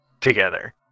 together